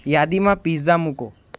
યાદીમાં પિઝા મૂકો